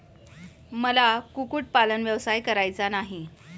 मला कुक्कुटपालन व्यवसाय करायचा नाही